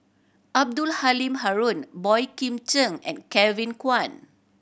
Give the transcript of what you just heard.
Abdul Halim Haron Boey Kim Cheng and Kevin Kwan